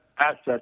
assets